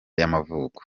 y’amavuko